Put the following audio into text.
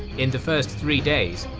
in the first three days,